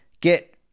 get